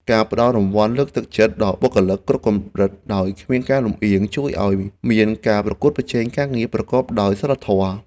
ការផ្តល់រង្វាន់លើកទឹកចិត្តដល់បុគ្គលិកគ្រប់កម្រិតដោយគ្មានការលម្អៀង ជួយឱ្យមានការប្រកួតប្រជែងការងារប្រកបដោយសីលធម៌។